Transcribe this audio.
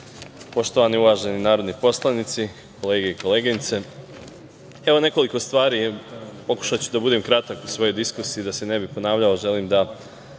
poštovani i uvaženi narodni poslanici, kolege i koleginice, evo nekoliko stvari, pokušaću da budem kratak u svojoj diskusiji, da se ne bih ponavljao. Želim da